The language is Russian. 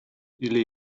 или